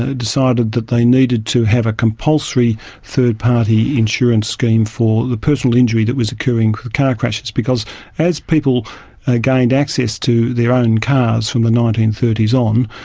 ah decided that they needed to have a compulsory third-party insurance scheme for the personal injury that was occurring from car crashes, as people ah gained access to their own cars from the nineteen thirty s on,